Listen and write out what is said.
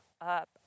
up